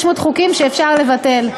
500 חוקים שאפשר לבטל.